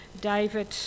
David